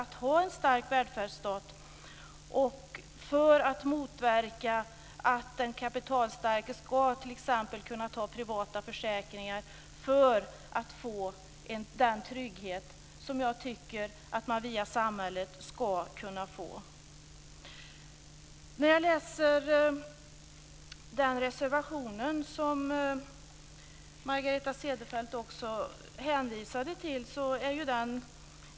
Detta har vi uppmärksammat i moderata motioner, och vi vill bl.a. öka avdragsrätten för pensionssparande. Det som socialdemokraterna har infört är en halverad avdragsrätt och också en höjd avkastningsskatt.